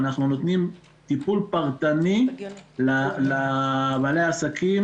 ואנחנו נותנים טיפול פרטני לבעלי העסקים